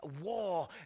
war